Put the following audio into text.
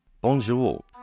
Bonjour